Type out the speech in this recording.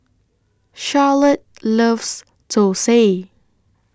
Charlotte loves Thosai